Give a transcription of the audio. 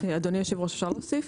אדוני היושב ראש, אפשר להוסיף?